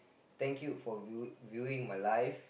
thank you for view viewing my life